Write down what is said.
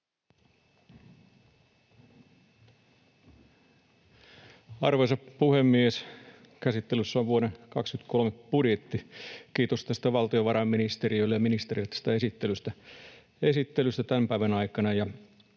Arvoisa puhemies! Käsittelyssä on vuoden 23 budjetti. Kiitos valtiovarainministeriölle ja ‑ministerille tästä esittelystä tämän päivän aikana.